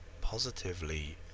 Positively